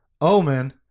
Omen